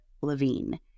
Levine